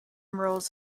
rolls